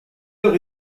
heure